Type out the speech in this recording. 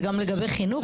זה גם לגבי חינוך,